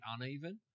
uneven